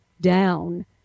down